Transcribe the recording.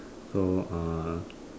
so uh